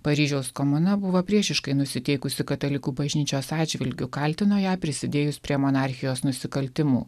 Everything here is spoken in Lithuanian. paryžiaus komuna buvo priešiškai nusiteikusi katalikų bažnyčios atžvilgiu kaltino ją prisidėjus prie monarchijos nusikaltimų